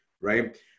Right